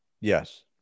Yes